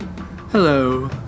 Hello